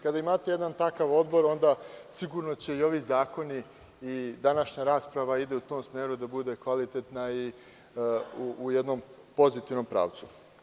Kada imate jedan takav Odbor, onda sigurno i ovi zakoni i današnja rasprava idu u smeru da budu kvalitetni i u jednom pozitivnom pravcu.